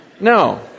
No